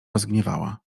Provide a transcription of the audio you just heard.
rozgniewała